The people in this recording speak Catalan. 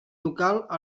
local